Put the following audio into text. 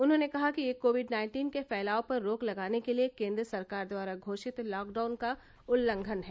उन्होंने कहा कि यह कोविड नाइन्टीन के फैलाव पर रोक लगाने के लिए केन्द्र सरकार द्वारा घोषित लॉकडाउन का उल्लंघन है